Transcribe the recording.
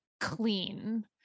clean